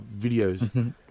videos